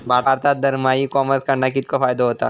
भारतात दरमहा e commerce कडणा कितको फायदो होता?